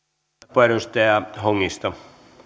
arvoisa